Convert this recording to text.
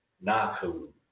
Naku